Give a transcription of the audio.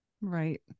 Right